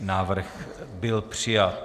Návrh byl přijat.